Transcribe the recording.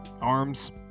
arms